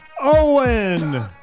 Owen